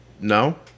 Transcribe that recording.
no